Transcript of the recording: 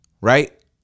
Right